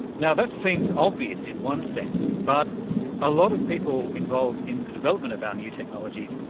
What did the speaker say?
now, that seems obvious in one sense, but a lot of people involved in the development of our new technologies,